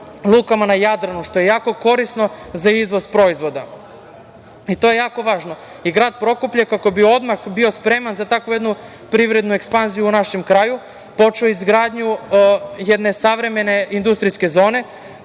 lukama na Jadranu, što je jako korisno za izvoz proizvoda. To je jako važno. Grad Prokuplje, kako bi odmah bio spreman za takvu jednu privrednu ekspanziju u našem kraju, počeo je izgradnju jedne savremene industrijske zone